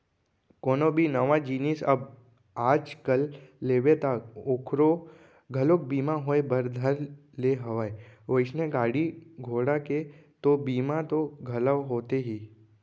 कोनो भी नवा जिनिस जब आज कल लेबे ता ओखरो घलोक बीमा होय बर धर ले हवय वइसने गाड़ी घोड़ा के तो बीमा तो घलौ होथे ही